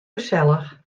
gesellich